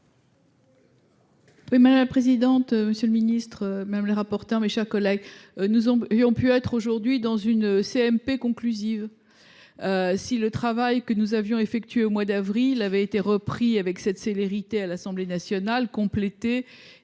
madame la présidente, monsieur le ministre. Même les rapporteurs, mes chers collègues, nous on et ont pu être aujourd'hui dans une CMP conclusive. Si le travail que nous avions effectué au mois d'avril avait été repris avec cette célérité à l'Assemblée nationale compléter